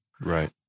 Right